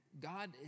God